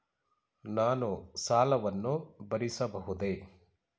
ನಾನು ಸಾಲವನ್ನು ಭರಿಸಬಹುದೇ?